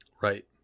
Right